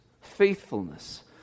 faithfulness